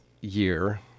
year